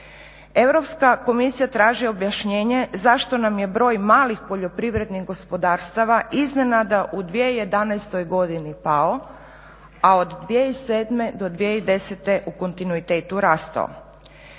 Europska komisija traži objašnjenje zašto nam je mali broj poljoprivrednih gospodarstava iznenada u 2011.godini pao, a od 2007.do 2010.u kontinuitetu rastao.